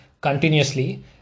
continuously